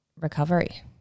recovery